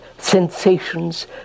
Sensations